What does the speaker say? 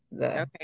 Okay